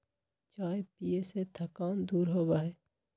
चाय पीये से थकान दूर होबा हई